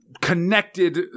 Connected